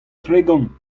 tregont